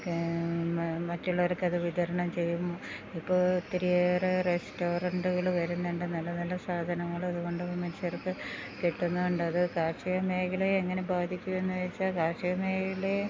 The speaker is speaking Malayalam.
മറ്റുള്ളവർക്കതു വിതരണം ചെയ്യും ഇപ്പോള് ഒത്തിരിയേറെ റെസ്റ്റോറന്റുകള് വരുന്നുണ്ട് നല്ല നല്ല സാധനങ്ങള് അതുകൊണ്ട് മനുഷ്യർക്ക് കിട്ടുന്നുമുണ്ടത് കാർഷിക മേഖലയെ എങ്ങനെ ബാധിക്കുമെന്നുവച്ചാല് കാർഷിക മേഖലയെ